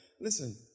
listen